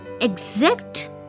exact